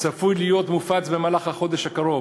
צפוי להיות מופץ במהלך החודש הקרוב,